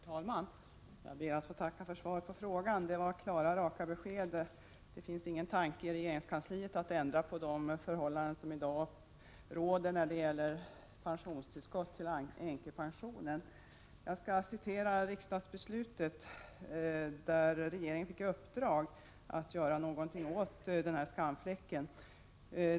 Herr talman! Jag ber att få tacka för svaret på frågan. Det var klara, raka besked. Det finns i regeringskansliet ingen tanke på att ändra på de förhållanden som i dag råder när det gäller pensionstillskott till änkepensionen. Jag skall be att få citera från socialförsäkringsutskottets betänkande 1985/86:15.